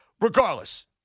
Regardless